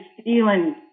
stealing